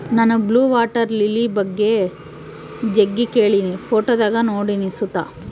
ನಾನು blue water lily ಬಗ್ಗೆ ಜಗ್ಗಿ ಕೇಳಿನಿ, ಫೋಟೋದಾಗ ನೋಡಿನಿ ಸುತ